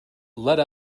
let